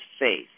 faith